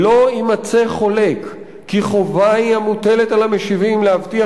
"לא יימצא חולק כי חובה היא המוטלת על המשיבים להבטיח